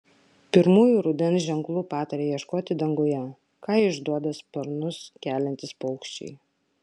pirmųjų rudens ženklų pataria ieškoti danguje ką išduoda sparnus keliantys paukščiai